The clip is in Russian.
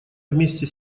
вместе